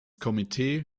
komitee